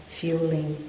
fueling